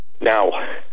Now